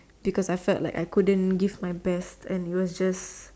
because I felt like I couldn't give my best and it was just